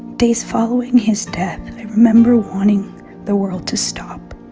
days following his death, i remember wanting the world to stop,